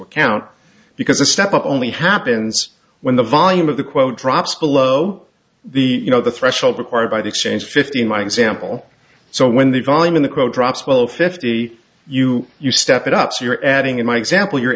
account because a step up only happens when the volume of the quote drops below the you know the threshold required by the exchange fifty in my example so when the volume in the quote drops below fifty you you step it up so you're adding in my example you're